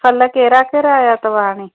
फल कहिड़ा कहिड़ा आया अथव हाणे